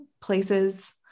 places